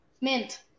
Mint